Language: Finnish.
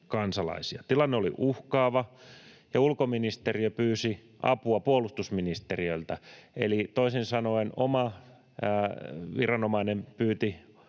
kansalaisia. Tilanne oli uhkaava, ja ulkoministeriö pyysi apua puolustusministeriöltä, eli toisin sanoen oma viranomainen pyyti